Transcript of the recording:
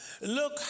Look